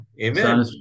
Amen